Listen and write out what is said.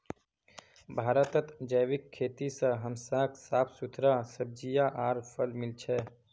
भारतत जैविक खेती से हमसाक साफ सुथरा सब्जियां आर फल मिल छ